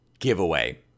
giveaway